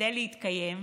כדי להתקיים.